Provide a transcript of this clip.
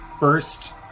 burst